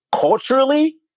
culturally